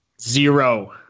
Zero